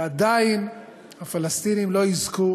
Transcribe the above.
ועדיין הפלסטינים לא יזכו